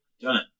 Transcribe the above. Done